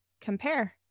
compare